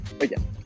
again